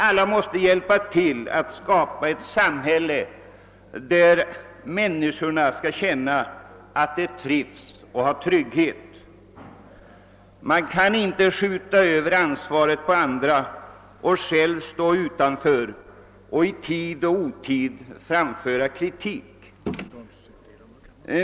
Alla måste hjälpa till att skapa ett samhälle där människorna skall känna att de trivs och har trygghet. Man kan inte skjuta över ansvaret på andra och själv stå utanför och i tid och otid framföra kritik.